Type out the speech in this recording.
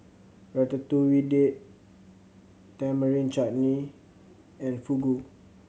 Ratatouille Date Tamarind Chutney and Fugu